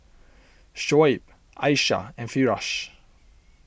Shoaib Aisyah and Firash